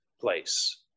place